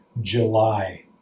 July